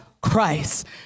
Christ